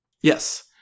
Yes